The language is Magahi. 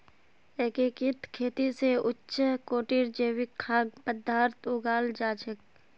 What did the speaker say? एकीकृत खेती स उच्च कोटिर जैविक खाद्य पद्दार्थ उगाल जा छेक